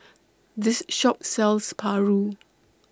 This Shop sells Paru